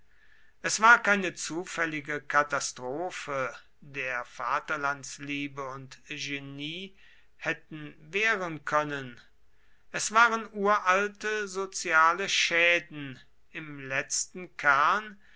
es war keine zufällige katastrophe der vaterlandsliebe und genie hätten wehren können es waren uralte soziale schäden im letzten kern